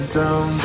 down